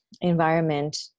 environment